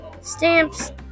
Stamps